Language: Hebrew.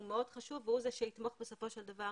הוא מאוד חשוב והוא זה שיתמוך בסופו של דבר